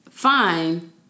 fine